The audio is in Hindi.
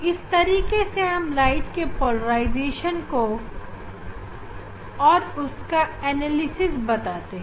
इसीलिए हम प्रकाश के पोलराइजेशन और उसका विश्लेषण के बारे में बताते हैं